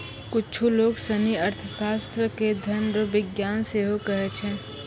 कुच्छु लोग सनी अर्थशास्त्र के धन रो विज्ञान सेहो कहै छै